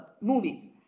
movies